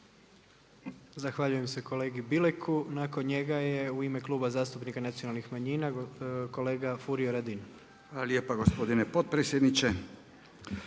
Zahvaljujem se kolegi Bileku. Nakon njega je u ime Kluba zastupnika Nacionalnih manjina kolega Furio Radin. **Radin, Furio (Nezavisni)**